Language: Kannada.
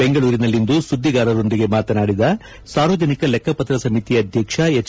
ಬೆಂಗಳೂರಿನಲ್ಲಿಂದು ಸುದ್ದಿಗಾರರೊಂದಿಗೆ ಮಾತನಾಡಿದ ಸಾರ್ವಜನಿಕ ಲೆಕ್ಕಪತ್ರ ಸಮಿತಿ ಅಧ್ಯಕ್ಷ ಎಚ್